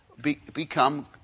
become